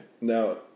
No